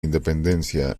independencia